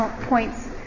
points